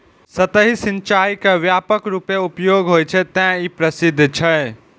सतही सिंचाइ के व्यापक रूपें उपयोग होइ छै, तें ई प्रसिद्ध छै